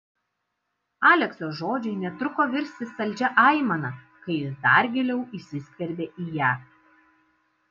alekso žodžiai netruko virsti saldžia aimana kai jis dar giliau įsiskverbė į ją